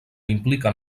impliquen